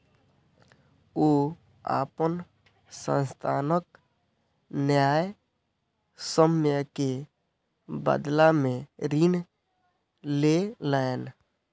ओ अपन संस्थानक न्यायसम्य के बदला में ऋण लेलैन